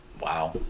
Wow